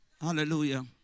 Hallelujah